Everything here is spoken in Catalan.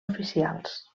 oficials